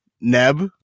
Neb